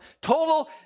total